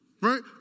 right